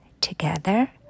together